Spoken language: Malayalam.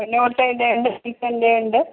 നോൾട്ടേടെ ഉണ്ട് മിൽട്ടൻ്റെ ഉണ്ട്